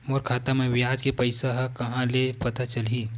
मोर खाता म ब्याज के पईसा ह कहां ले पता चलही?